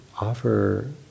offer